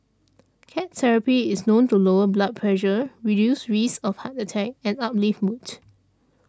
cat therapy is known to lower blood pressure reduce risks of heart attack and uplift mood